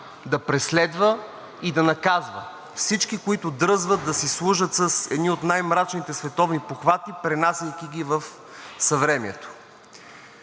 да преследва и да наказва всички, които дръзват да си служат с едни от най-мрачните световни похвати, пренасяйки ги в съвремието.